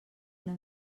una